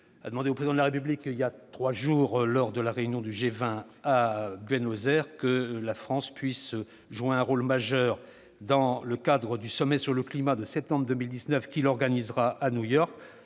a demandé au Président de la République, lors de la réunion du G 20 à Buenos Aires, que la France joue un rôle majeur dans le cadre du sommet sur le climat de septembre 2019 qu'il organisera à New York.